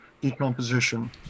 decomposition